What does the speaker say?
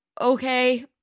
okay